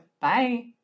Bye